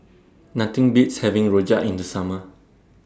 Nothing Beats having Rojak in The Summer